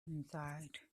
inside